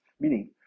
Meaning